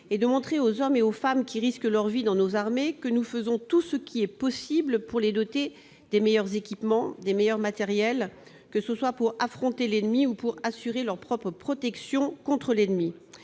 et de montrer aux hommes et aux femmes qui risquent leur vie dans nos armées que nous faisons tout ce qui est possible pour les doter des meilleurs équipements et des meilleurs matériels, que ce soit pour affronter l'ennemi ou pour assurer leur propre protection contre celui-ci.